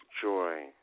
joy